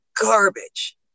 garbage